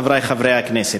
חברי חברי הכנסת,